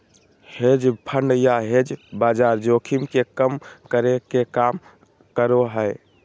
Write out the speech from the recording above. hedge fund या hedge बाजार जोखिम के कम करे के काम करो हय